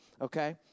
okay